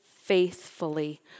faithfully